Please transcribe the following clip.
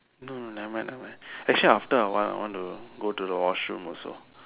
no no nevermind nevermind actually after awhile I want to go to the washroom also